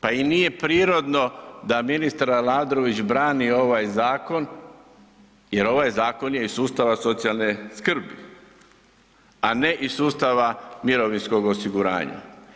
Pa i nije prirodno da ministar Aladrović brani ovaj zakon jer ovaj zakon je iz sustava socijalne skrbi, a ne iz sustava mirovinskog osiguranja.